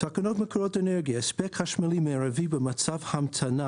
תקנות מקורות אנרגיה )הספק חשמלי מרבי במצב המתנה